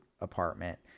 apartment